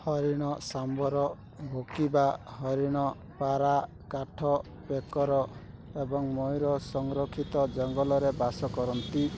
ହରିଣ ସାମ୍ବର ଭୁକିବା ହରିଣ ପାରା କାଠପେକର ଏବଂ ମୟୂର ସଂରକ୍ଷିତ ଜଙ୍ଗଲରେ ବାସ କରନ୍ତି